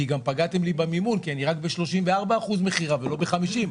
כי גם פגעתם לי במימון כי אני רק ב-34 אחוז מכירה ולא ב-50,